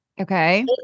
Okay